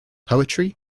poetry